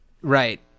Right